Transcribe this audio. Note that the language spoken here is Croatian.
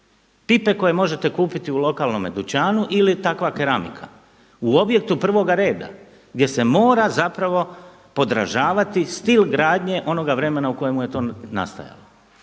Pipe koje možete kupiti u lokalnome dućanu ili takva keramika. U objektu prvoga reda, gdje se mora zapravo podražavati stil gradnje onoga vremena u kojemu je to nastajalo.